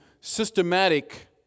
systematic